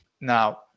now